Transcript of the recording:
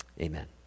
Amen